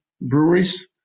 breweries